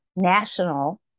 national